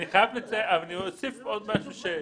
אני אוסיף עוד משהו.